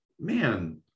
man